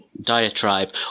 diatribe